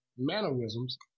Mannerisms